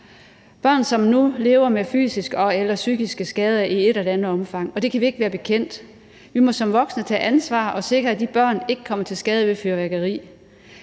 børn, som nu lever med fysiske og/eller psykiske skader i et eller andet omfang. Det kan vi ikke være bekendt. Vi må som voksne tage ansvar og sikre, at de børn ikke kommer til skade ved fyrværkeri.